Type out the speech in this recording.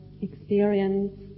experience